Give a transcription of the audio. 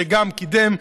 שגם קידם,